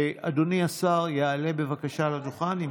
אדוני השר יעלה בבקשה לדוכן,